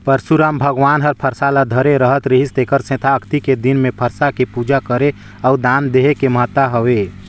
परसुराम भगवान हर फइरसा ल धरे रहत रिहिस तेखर सेंथा अक्ती के दिन मे फइरसा के पूजा करे अउ दान देहे के महत्ता हवे